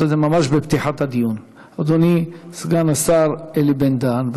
רכב ונהיגה מסוימים באמצעות עובדיהן,